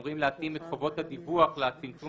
אמורים להתאים את חובות הדיווח לצמצום